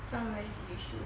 somewhere yishun